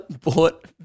bought